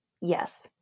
Yes